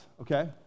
Okay